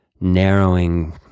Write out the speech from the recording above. narrowing